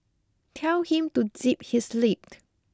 tell him to zip his lip